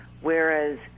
whereas